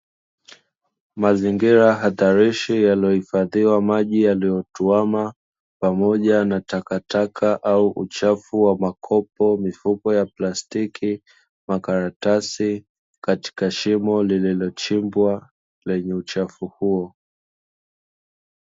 Mazingira hatarishi yaliyohifadhiwa maji yaliyotuama pamoja na takataka au uchafu wa makopo, mifuko ya plastiki, makaratasi katika shimo lililochimbwa lenye uchafu huo.